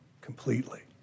completely